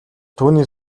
түүний